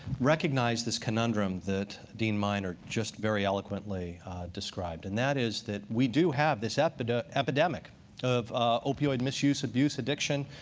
recognized this conundrum that dean minor just very eloquently described. and that is that we do have this epidemic epidemic of opioid misuse, abuse, addiction,